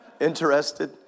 Interested